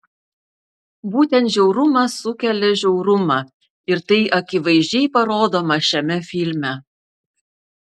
būtent žiaurumas sukelia žiaurumą ir tai akivaizdžiai parodoma šiame filme